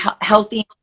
healthy